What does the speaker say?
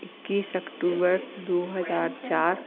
इक्कीस अक्टूबर दो हज़ार चार